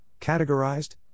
categorized